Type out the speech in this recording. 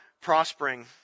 prospering